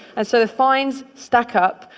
and so the fines stack up,